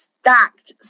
stacked